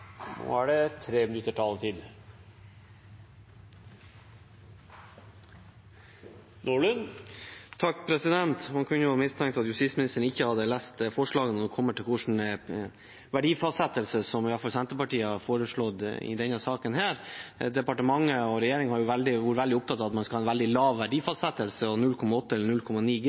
Man kunne jo mistenke at justisministeren ikke hadde lest forslaget når det gjelder verdifastsettelse, som i hvert fall Senterpartiet har foreslått i denne saken. Departementet og regjeringen har vært opptatt av at en skal ha en veldig lav verdifastsettelse, og 0,8 eller 0,9